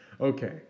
Okay